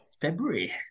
February